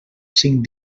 cinc